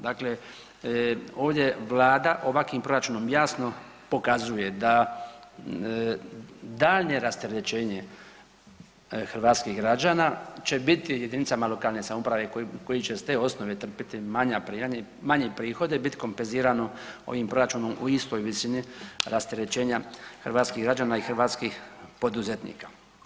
Dakle, ovdje Vlada ovakvim proračunom jasno pokazuje da daljnje rasterećenje hrvatskih građana će biti jedinicama lokalne samouprave koji će s te osnove trpiti manja primanja, manje prihode, bit kompenzirano ovim proračunom u istoj visini rasterećenja hrvatskih građana i hrvatskih poduzetnika.